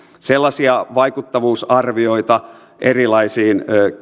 sellaisia vaikuttavuusarvioita erilaisista